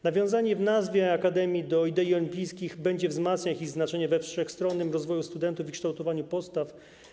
Nawiązanie w nazwie akademii do idei olimpijskich będzie wzmacniać ich znaczenie we wszechstronnym rozwoju studentów i kształtowaniu postaw.